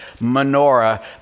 menorah